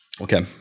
Okay